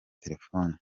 terefoni